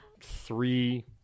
three